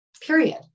period